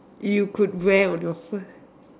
you could wear on your first